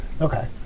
Okay